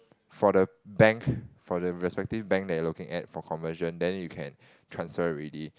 for the bank for the respective bank that you're looking at for conversion then you can transfer already